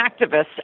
activists